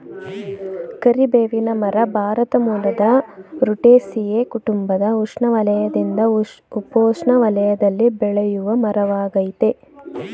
ಕರಿಬೇವಿನ ಮರ ಭಾರತ ಮೂಲದ ರುಟೇಸಿಯೇ ಕುಟುಂಬದ ಉಷ್ಣವಲಯದಿಂದ ಉಪೋಷ್ಣ ವಲಯದಲ್ಲಿ ಬೆಳೆಯುವಮರವಾಗಯ್ತೆ